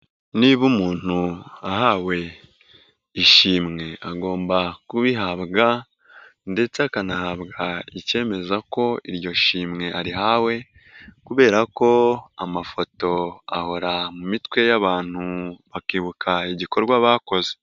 Niba umuntu ahawe ishimwe agomba kubihabwa ndetse akanahabwa ikemeza ko iryo shimwe arihawe, kubera ko amafoto aho mu mitwe y'abantu bakibuka igikorwa bakoze.